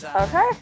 okay